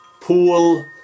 pool